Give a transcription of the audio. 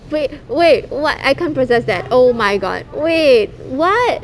wait wait what I can't process that oh my god wait what